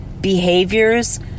behaviors